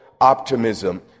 optimism